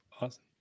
Awesome